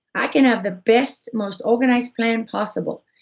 i can have the best, most organized plan possible,